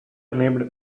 named